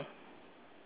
okay